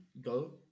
go